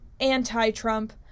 anti-Trump